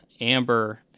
Amber